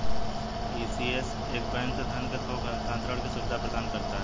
ECS एक bank से धन के थोक हस्तांतरण की सुविधा प्रदान करता है